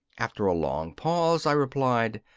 after a long pause i replied,